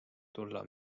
tulla